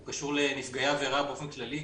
הוא קשור לנפגעי עבירה באופן כללי,